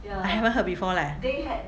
I haven't heard before leh